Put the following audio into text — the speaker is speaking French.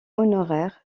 honoraire